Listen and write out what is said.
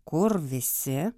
kur visi